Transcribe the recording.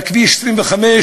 בכביש 25,